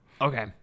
Okay